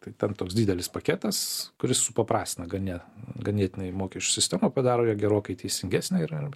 tai ten toks didelis paketas kuris supaprastina gane ganėtinai mokesčių sistemą padaro ją gerokai teisingesnę ir ir